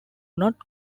not